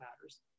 matters